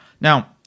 Now